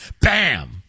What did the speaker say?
Bam